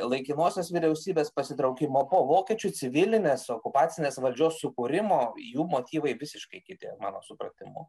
laikinosios vyriausybės pasitraukimo po vokiečių civilinės okupacinės valdžios sukūrimo jų motyvai visiškai kiti mano supratimu